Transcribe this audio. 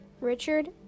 richard